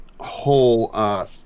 whole –